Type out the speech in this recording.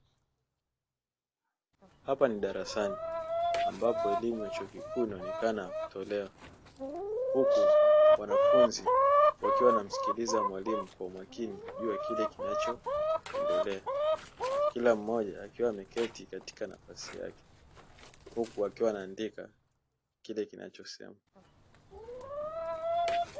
Hapa ni darasani ambapo elimu ya chuo kikuu inaonekana ametolewa huku mwanafunzi, wakiwa wanamsikiliza mwalimu kwa umakini juu ya kile kinachoendelea kila mmoja akiwa ameketi katika nafasi yake huku akiwa anaandika kile kinachosemwa.